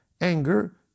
anger